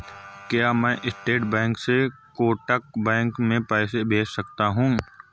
क्या मैं state bank से कोटक बैंक में पैसे भेज सकता हूँ?